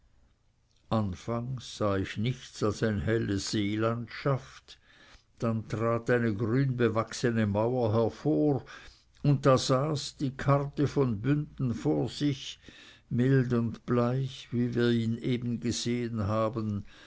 anfangs sah ich nichts als eine helle seelandschaft dann trat eine grünbewachsene mauer hervor und da saß die karte von bünden vor sich mild und bleich wie wir ihn eben gesehen haben